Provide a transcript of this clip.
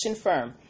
firm